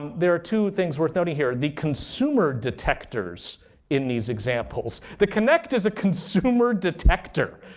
there are two things worth noting here. the consumer detectors in these examples. the kinect is a consumer detector.